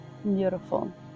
Beautiful